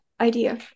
idea